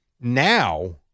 Now